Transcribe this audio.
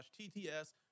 TTS